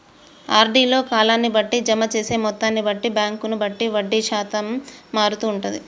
RD లో కాలాన్ని బట్టి, జమ చేసే మొత్తాన్ని బట్టి, బ్యాంకును బట్టి వడ్డీ శాతం మారుతూ ఉంటది